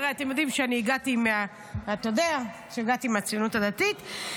הרי אתה יודע שאני הגעתי מהציונות הדתית,